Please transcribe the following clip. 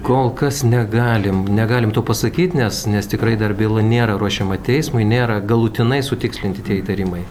kol kas negalim negalim to pasakyt nes nes tikrai dar byla nėra ruošiama teismui nėra galutinai sutikslinti tie įtarimai